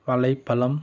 வாழைப்பழம்